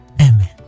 amen